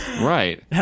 Right